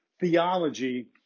theology